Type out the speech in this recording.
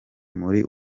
muri